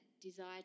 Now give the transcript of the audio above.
desire